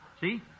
See